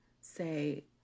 say